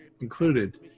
included